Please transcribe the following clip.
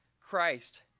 Christ